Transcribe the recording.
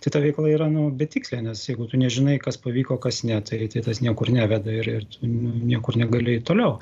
tai ta veikla yra nu bet tiksliai nes jeigu tu nežinai kas pavyko kas ne tai tai tas niekur neveda ir ir niekur negali toliau